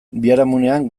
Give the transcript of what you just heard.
biharamunean